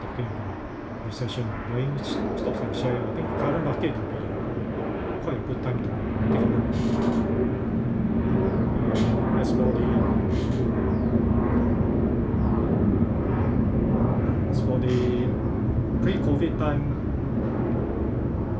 talking recession playing stocks and shares I think current market will be quite a good time to take a look as for the as for the pre-COVID time